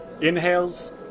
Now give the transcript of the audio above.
inhales